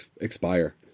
expire